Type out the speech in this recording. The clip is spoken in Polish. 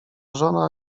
żona